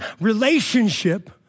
relationship